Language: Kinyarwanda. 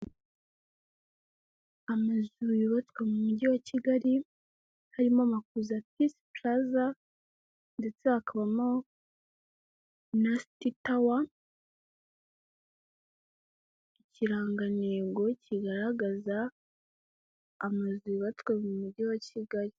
Amazu yubatswe mu Mujyi wa Kigali, harimo Makuza peace plazza ndetse hakabamo na City tower, ikirangantego kigaragaza amazu yubatswe mu Mujyi wa Kigali.